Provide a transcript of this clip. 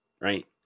right